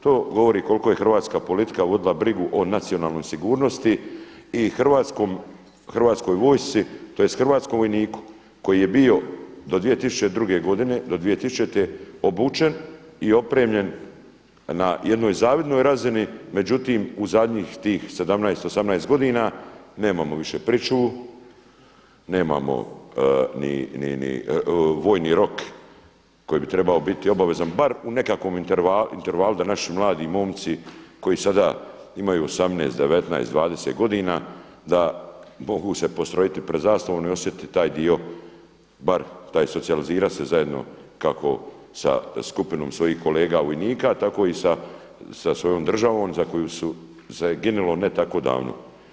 To govori koliko je hrvatska politika vodila brigu o nacionalnoj sigurnosti i hrvatskoj vojsci tj. hrvatskom vojniku koji je bio do 2000. obučen i opremljen na jednoj zavidnoj razini, međutim u zadnjih tih 17, 18 godina nemamo više pričuvu, nemamo ni vojni rok koji bi trebao biti obavezan bar u nekakvom intervalu da naši mladi momci koji sada imaju 18, 19, 20 godina da mogu se postrojiti pred zastavom i ne osjetiti taj dio bar socijalizirati se zajedno kako sa skupinom svojih kolega vojnika, tako i sa svojom državom za koju se ginilo ne tako davno.